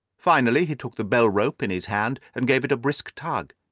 finally he took the bell-rope in his hand and gave it a brisk tug.